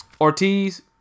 Ortiz